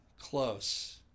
Close